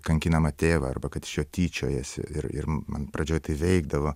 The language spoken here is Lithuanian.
kankinamą tėvą arba kad iš jo tyčiojasi ir ir man pradžioj tai veikdavo